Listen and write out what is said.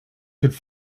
could